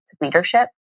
leadership